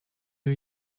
new